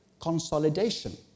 consolidation